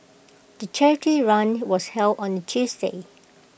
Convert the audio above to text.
the charity run was held on A Tuesday